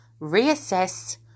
reassess